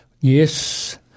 Yes